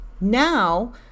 Now